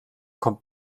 kommt